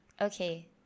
Okay